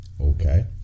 Okay